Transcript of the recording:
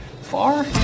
far